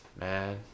man